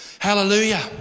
Hallelujah